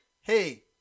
Hey